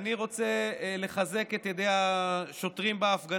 ואני רוצה לחזק את ידי השוטרים בהפגנות,